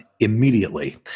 immediately